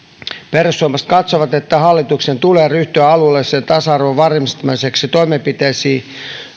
perussuomalaiset katsovat että hallituksen tulee ryhtyä alueellisen tasa arvon varmistamiseksi toimenpiteisiin